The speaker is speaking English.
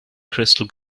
crystal